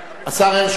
השר הרשקוביץ,